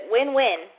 Win-win